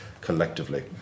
collectively